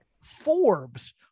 Forbes